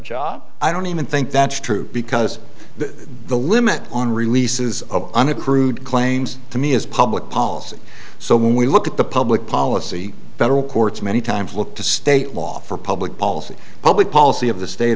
job i don't even think that's true because the limit on releases of unapproved claims to me is public policy so when we look at the public policy federal courts many times look to state law for public policy public policy of the state